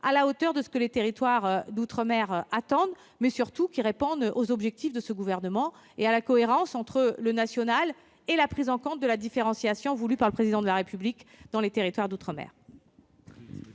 à la hauteur de ce que les territoires d'outre-mer attendent et, surtout, qui réponde aux objectifs du Gouvernement et assure la cohérence entre le cadre national et la prise en compte de la différenciation voulue par le Président de la République dans les territoires d'outre-mer.